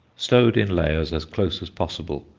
stowed in layers as close as possible,